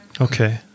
Okay